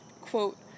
quote